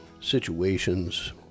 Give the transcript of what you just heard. situations